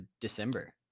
December